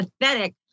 pathetic